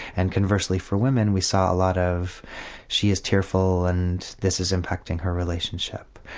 and conversely for women we saw a lot of she is tearful, and this is impacting her relationship.